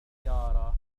سيارة